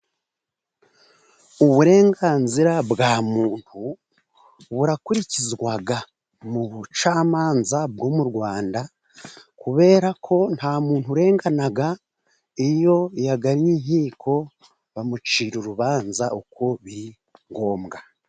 Uburenganzira bwa muntu burakurikizwa mu bucamanza bwo mu Rwanda, kubera ko nta muntu urengana, iyo yagannye inkiko, bamucira urubanza uko biri ngombwa.